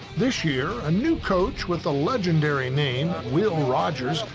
this year, a new coach with a legendary name, will rogers,